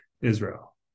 Israel